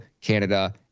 Canada